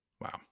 Wow